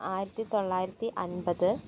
ആയിരത്തിത്തൊള്ളായിരത്തി അൻപത്